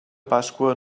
pasqua